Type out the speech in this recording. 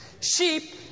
Sheep